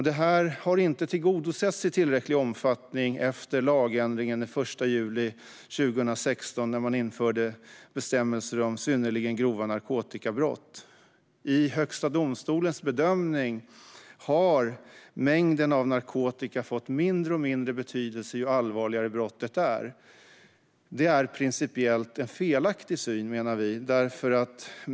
Det har inte tillgodosetts i tillräcklig omfattning efter lagändringen den 1 juli 2016 när man införde bestämmelser om synnerligen grova narkotikabrott. I Högsta domstolens bedömning har mängden av narkotika fått allt mindre betydelse ju allvarligare brottet är. Det är en principiellt felaktig syn, menar vi.